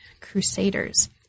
Crusaders